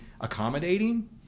accommodating